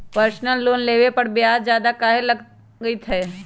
Personal loan लेबे पर ब्याज ज्यादा काहे लागईत है?